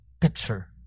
picture